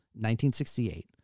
1968